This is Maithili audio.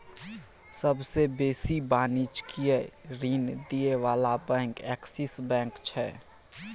सबसे बेसी वाणिज्यिक ऋण दिअ बला बैंक एक्सिस बैंक छै